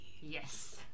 Yes